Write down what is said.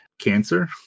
cancer